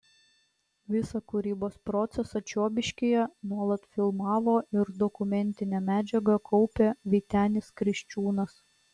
visą kūrybos procesą čiobiškyje nuolat filmavo ir dokumentinę medžiagą kaupė vytenis kriščiūnas